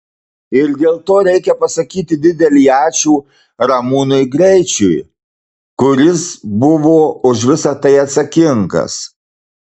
ir dėl to reikia pasakyti didelį ačiū ramūnui greičiui kuris buvo už visa tai atsakingas